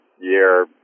year